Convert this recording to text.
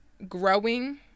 Growing